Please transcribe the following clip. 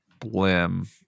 Blim